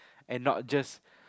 and not just